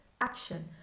action